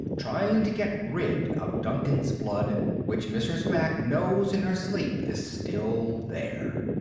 trying to get rid of duncan's blood which mrs. mack knows in her sleep is still there.